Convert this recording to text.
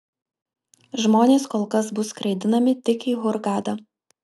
žmonės kol kas bus skraidinami tik į hurgadą